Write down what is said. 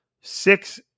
six –